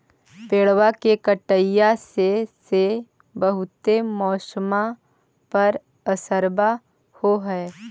पेड़बा के कटईया से से बहुते मौसमा पर असरबा हो है?